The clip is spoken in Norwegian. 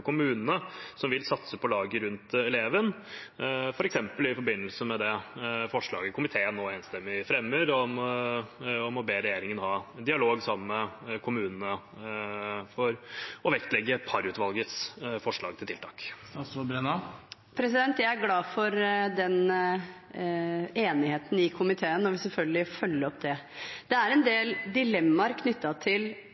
kommunene som vil satse på laget rundt eleven, f.eks. i forbindelse med det forslaget komiteen nå enstemmig fremmer, om å be regjeringen ha dialog med kommunene for å vektlegge Parr-utvalgets forslag til tiltak? Jeg er glad for den enigheten i komiteen og vil selvfølgelig følge opp det. Det er en